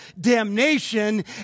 damnation